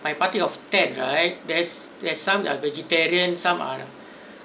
my party of ten right there's there's some that are vegetarian some are